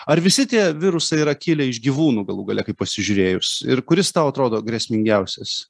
ar visi tie virusai yra kilę iš gyvūnų galų gale kaip pasižiūrėjus ir kuris tau atrodo grėsmingiausias